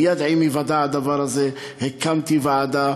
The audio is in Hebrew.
מייד עם היוודע הדבר הזה הקמתי ועדה,